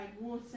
water